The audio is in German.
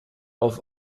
auf